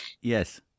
Yes